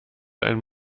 einem